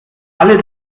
alle